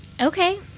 Okay